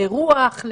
לרוח,